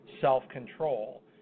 self-control